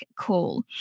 call